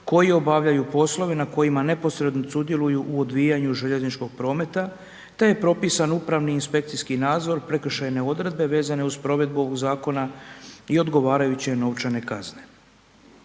koji obavljaju poslove na kojima neposredno sudjeluju u odvijanju željezničkog prometa te je propisan upravni inspekcijski nadzor, prekršajne odredbe vezane uz provedbu ovog zakona i ogovarajuće novčane kazne.